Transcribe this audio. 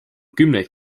kümneid